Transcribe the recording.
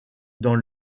dans